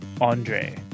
Andre